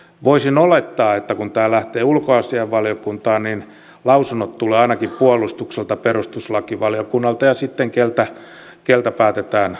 voisin olettaa että kun tämä lähtee ulkoasiainvaliokuntaan niin lausunnot tulevat ainakin puolustukselta perustuslakivaliokunnalta ja keneltä päätetään pyytää